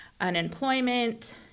unemployment